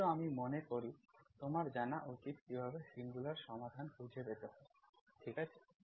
কিন্তু আমি মনে করি তোমার জানা উচিত কিভাবে সিঙ্গুলার সমাধান খুঁজে পেতে হয় ঠিক আছে